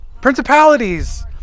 Principalities